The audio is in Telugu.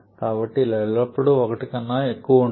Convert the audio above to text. కాబట్టి ఇది ఎల్లప్పుడూ 1 కన్నా ఎక్కువగా ఉంటుంది